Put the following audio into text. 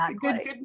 good